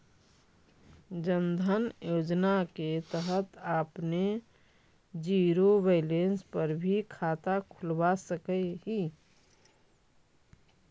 जन धन योजना के तहत आपने जीरो बैलेंस पर भी खाता खुलवा सकऽ हिअ